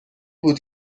بود